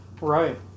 Right